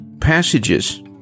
Passages